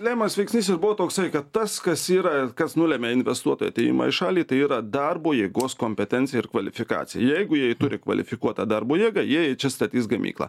lemiamas veiksnys ir buvo toksai kad tas kas yra kas nulemia investuotojų atėjimą į šalį tai yra darbo jėgos kompetencija ir kvalifikacija jeigu jie turi kvalifikuotą darbo jėgą jie čia statys gamyklą